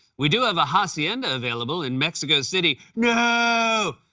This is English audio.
we do have a hacienda available in mexico city. no!